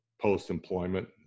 post-employment